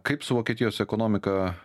kaip su vokietijos ekonomika